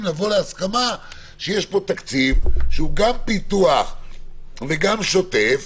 לבוא להסכמה שיש פה תקציב שהוא גם פיתוח וגם שוטף,